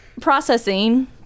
processing